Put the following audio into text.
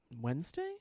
Wednesday